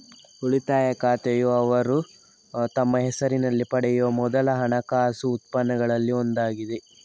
ಉಳಿತಾಯ ಖಾತೆಯುಅವರು ತಮ್ಮ ಹೆಸರಿನಲ್ಲಿ ಪಡೆಯುವ ಮೊದಲ ಹಣಕಾಸು ಉತ್ಪನ್ನಗಳಲ್ಲಿ ಒಂದಾಗಿದೆ